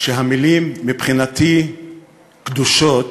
שהמילים מבחינתי קדושות,